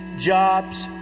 jobs